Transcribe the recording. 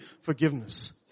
forgiveness